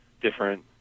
different